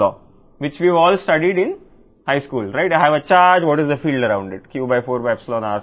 కాబట్టి మనం పురాతన చట్టాలు ప్రారంభించినప్పుడు వాస్తవానికి కూలంబ్ చట్టంCoulomb's law ద్వారా మనమందరం ఉన్నత పాఠశాలలో చదివాము